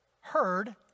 heard